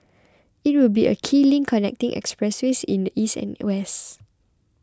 it will be a key link connecting expressways in the east and west